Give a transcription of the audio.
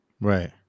Right